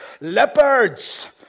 leopards